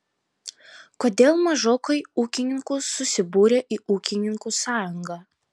kodėl mažokai ūkininkų susibūrę į ūkininkų sąjungą